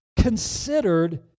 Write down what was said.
considered